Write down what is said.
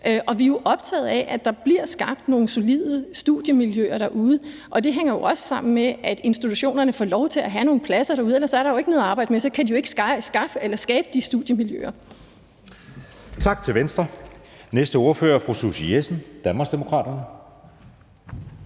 Vi er optaget af, at der bliver skabt nogle solide studiemiljøer derude, og det hænger jo også sammen med, at institutionerne får lov til at have nogle pladser derude, for ellers er der jo ikke at arbejde med; så kan de jo ikke skabe de studiemiljøer. Kl. 17:05 Anden næstformand (Jeppe Søe): Tak til Venstre. Næste ordfører er fru Susie Jessen, Danmarksdemokraterne.